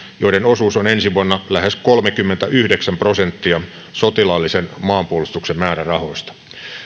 joiden osuus on ensi vuonna lähes kolmekymmentäyhdeksän prosenttia sotilaallisen maanpuolustuksen määrärahoista